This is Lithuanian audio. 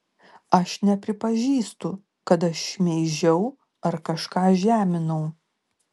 aš nepripažįstu kad aš šmeižiau ar kažką žeminau